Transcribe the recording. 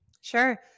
Sure